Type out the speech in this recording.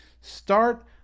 start